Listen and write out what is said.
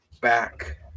back